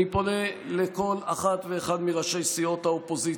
אני פונה לכל אחת ואחד מראשי האופוזיציה,